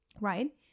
right